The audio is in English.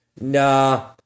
Nah